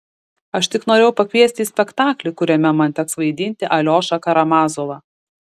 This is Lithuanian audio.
aš tik norėjau pakviesti į spektaklį kuriame man teks vaidinti aliošą karamazovą